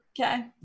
Okay